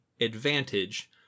advantage